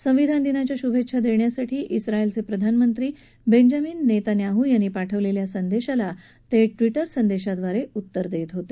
संविधान दिनाच्या शुभेच्छा देण्यासाठी झायलचे प्रधानमंत्री बेंजामिन नेतान्याहू यांनी पाठवलेल्या संदेशाला ते ट्विटर संदेशाद्वारे उत्तर देत होते